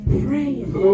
praying